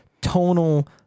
tonal